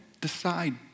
decide